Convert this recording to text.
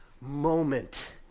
moment